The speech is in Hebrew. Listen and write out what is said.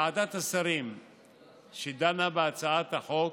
ועדת השרים שדנה בהצעת החוק